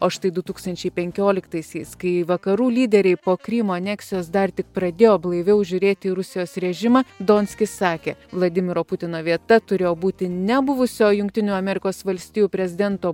o štai du tūkstančiai penkioliktaisiais kai vakarų lyderiai po krymo aneksijos dar tik pradėjo blaiviau žiūrėti į rusijos režimą donskis sakė vladimiro putino vieta turėjo būti ne buvusio jungtinių amerikos valstijų prezidento